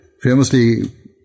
famously